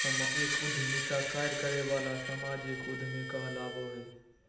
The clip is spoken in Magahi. सामाजिक उद्यमिता कार्य करे वाला सामाजिक उद्यमी कहलाबो हइ